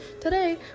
today